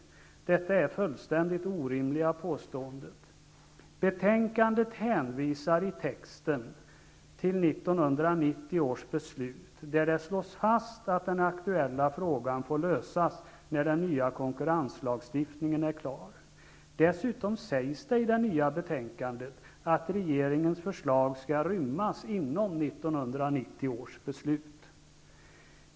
Detta är fullständigt orimliga påståenden. I betänkandet hänvisas till texten i 1990 års beslut, där det slås fast att den aktuella frågan får lösas när den nya konkurrenslagstiftningen är klar. Dessutom sägs i det nya betänkandet att regeringens förslag skall rymmas inom 1990 års beslut.